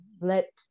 let